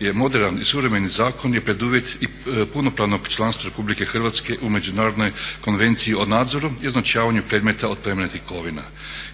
je moderan i suvremeni zakon je preduvjet i punopravnog članstva RH u Međunarodnoj konvenciji o nadzoru i označavanju predmeta od plemenitih kovina.